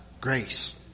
grace